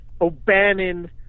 Obannon